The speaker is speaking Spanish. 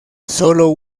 sólo